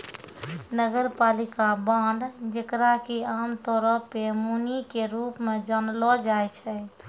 नगरपालिका बांड जेकरा कि आमतौरो पे मुनि के रूप मे जानलो जाय छै